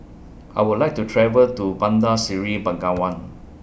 I Would like to travel to Bandar Seri Begawan